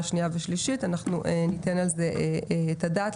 שנייה ושלישית אנחנו ניתן על זה את הדעת,